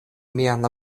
mian